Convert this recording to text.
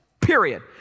Period